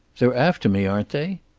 they're after me, aren't they?